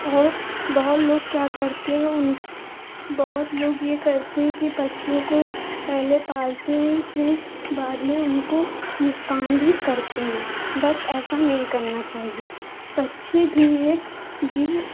और बहुत लोग क्या करते हैं उन बहुत लोग ये करते हैं कि पक्षियों को पहले पालते हैं फिर बाद में उनको नुकसान भी करते हैं बट ऐसा नहीं करना चाहिए पक्षी भी एक जीव